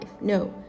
no